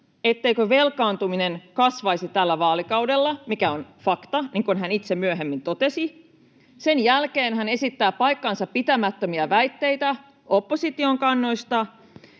etteikö velkaantuminen kasvaisi tällä vaalikaudella, mikä on fakta, niin kuin hän itse myöhemmin totesi. Sen jälkeen hän esitti paikkansa pitämättömiä väitteitä opposition kannoista